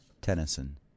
Tennyson